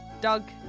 doug